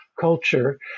culture